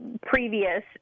previous